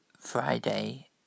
Friday